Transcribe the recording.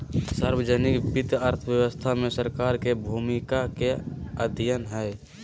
सार्वजनिक वित्त अर्थव्यवस्था में सरकार के भूमिका के अध्ययन हइ